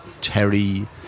Terry